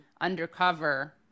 undercover